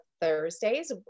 Thursdays